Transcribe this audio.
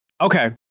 Okay